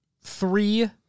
three